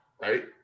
right